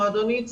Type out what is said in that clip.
מועדונית,